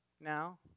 Now